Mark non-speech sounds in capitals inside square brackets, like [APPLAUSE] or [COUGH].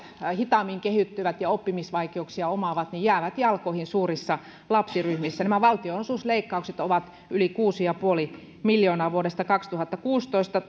hitaammin kehittyvät ja oppimisvaikeuksia omaavat jäävät jalkoihin suurissa lapsiryhmissä nämä valtionosuusleikkaukset ovat yli kuusi pilkku viisi miljoonaa vuodesta kaksituhattakuusitoista [UNINTELLIGIBLE]